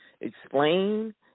explain